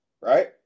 right